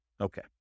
Okay